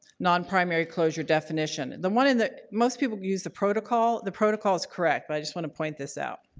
non-primary closure definition. and the one in the most people use the protocol. the protocol is correct, but i just want to point this out.